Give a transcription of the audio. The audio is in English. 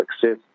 success